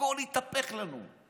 הכול התהפך לנו.